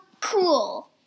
cool